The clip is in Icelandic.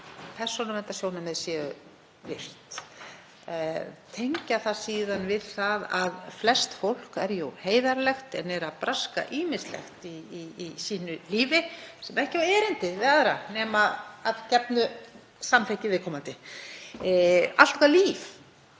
persónuverndarsjónarmið séu virt? Tengt það síðan við það að flest fólk er jú heiðarlegt en er að braska ýmislegt í sínu lífi sem ekki á erindi við aðra nema að gefnu samþykki viðkomandi. Allt okkar líf